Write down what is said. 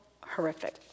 horrific